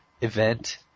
event